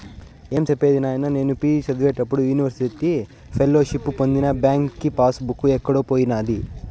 ఏం సెప్పేది నాయినా, నేను పి.జి చదివేప్పుడు యూనివర్సిటీ ఫెలోషిప్పు పొందిన బాంకీ పాస్ బుక్ ఎక్కడో పోయినాది